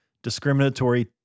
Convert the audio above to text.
Discriminatory